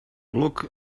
look